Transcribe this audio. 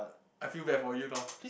I feel bad for you now